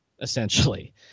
essentially